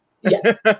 Yes